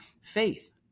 faith